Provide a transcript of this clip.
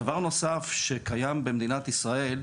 דבר נוסף שקיים במדינת ישראל,